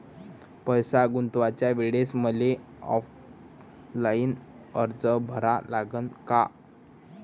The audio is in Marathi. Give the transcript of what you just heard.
पैसे गुंतवाच्या वेळेसं मले ऑफलाईन अर्ज भरा लागन का?